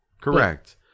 Correct